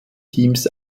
teams